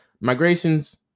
Migrations